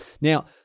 now